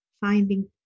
finding